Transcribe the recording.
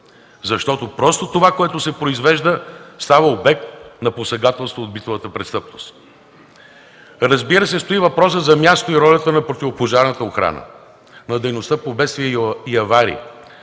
2%. Просто това, което се произвежда, става обект на посегателство, а това е битовата престъпност. Стои въпросът за мястото и ролята на противопожарната охрана, на дейността по бедствия и аварии,